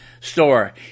store